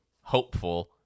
hopeful